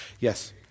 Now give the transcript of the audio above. Yes